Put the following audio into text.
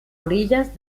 orillas